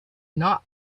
not